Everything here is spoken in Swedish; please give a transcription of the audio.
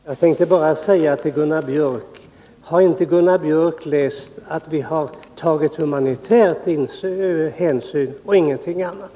Herr talman! Jag vill bara säga till Gunnar Biörck: Har inte Gunnar Biörck läst att vi har tagit humanitär hänsyn och ingenting annat?